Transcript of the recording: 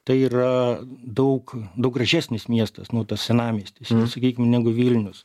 tai yra daug daug gražesnis miestas nu tas senamiestis sakykim negu vilnius